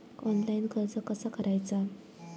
Online कर्ज कसा करायचा?